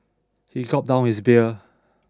he gulped down his beer